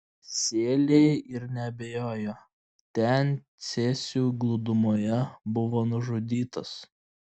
sėliai ir neabejojo ten cėsių glūdumoje buvo nužudytas